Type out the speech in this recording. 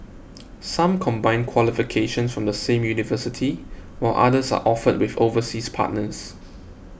some combine qualifications from the same university while others are offered with overseas partners